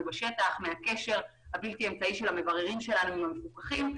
בשטח מהקשר הבלתי אמצעי של המבררים שלנו עם המפוקחים.